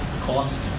cost